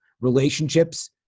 relationships